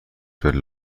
پله